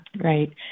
Right